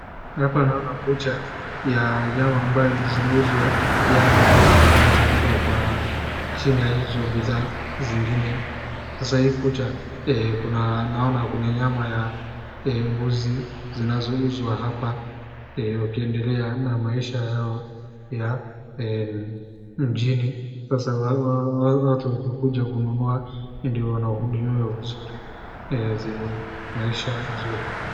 Hapa naona bucha ya nyama ambazo zinauzwa, nyama ambayo wameweka chini ya hizo bidhaa zingine. Sasa hii bucha, naona kuna nyama ya mbuzi zinazouzwa hapa wakiendelea na maisha yao ya mjini, sasa watu wakikuja kununua ndio wanahudumiwa vizuri zenye maisha nzuri.